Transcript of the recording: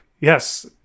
Yes